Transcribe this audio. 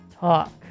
Talk